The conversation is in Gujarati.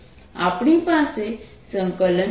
આપણી પાસે V